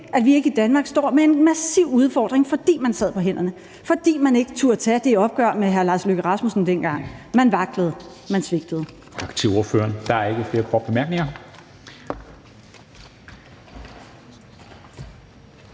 at vi ikke i Danmark står med en massiv udfordring, fordi man sad på hænderne, fordi man ikke dengang turde tage det opgør med hr. Lars Løkke Rasmussen. Man vaklede, man svigtede. Kl. 14:42 Formanden